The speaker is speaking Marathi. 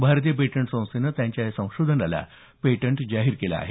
भारतीय पेटंट संस्थेनं त्यांच्या या संशोधनाला पेटंट जाहीर केलं आहे